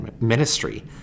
ministry